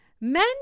Men